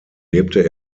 lebte